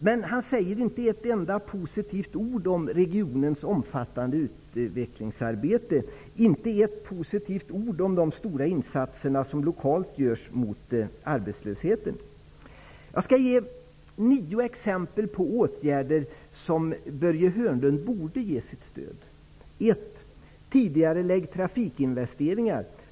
Men han säger inte ett enda positivt ord om regionens omfattande utvecklingsarbete, inte ett positivt ord om de stora insatser som görs lokalt mot arbetslösheten. Jag skall ge nio exempel på åtgärder som Börje Hörnlund borde ge sitt stöd.